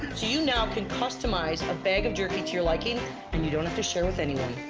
you you now can customize a bag of jerky to your liking and you don't have to share with anyone.